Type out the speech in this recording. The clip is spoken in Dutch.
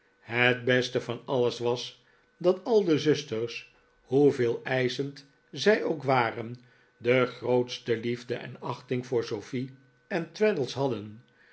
het beste van alles was dat al de zusters hoe veeleischend zij ook waren de grootste liefde en achting voor sofie en traddles hadden